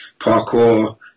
parkour